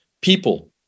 people